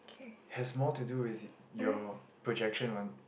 has more to do with your projection one